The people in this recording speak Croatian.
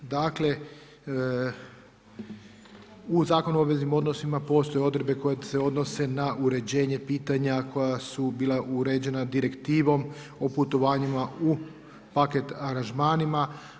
Dakle, u Zakonu o obveznim odnosima postoje odredbe koje se odnose na uređenje pitanja koja su bila uređena direktivom o putovanjima u paket aranžmanima.